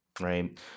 Right